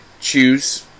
choose